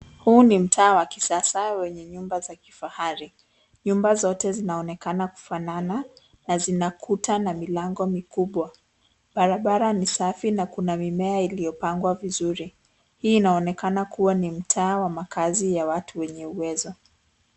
Huu ni mtaa wa kisasa wenye nyumba za kifahari. Nyumba zote zinaonekana kufanana, na zina kuta na milango mikubwa. Barabara ni safi na kuna mimea iliyopangwa vizuri. Hii inaonekana kuwa ni mtaa wa makazi ya watu wenye uwezo.